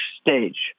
stage